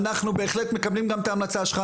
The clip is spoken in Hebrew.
אנחנו בהחלט מקבלים את ההמלצה שלך,